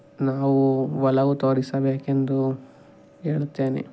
ನಾವು ಒಲವು ತೋರಿಸಬೇಕೆಂದು ಹೇಳುತ್ತೇನೆ